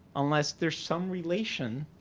unless there's some relation.